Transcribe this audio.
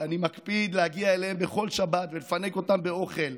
שאני מקפיד להגיע אליהם בכל שבת ולפנק אותם באוכל,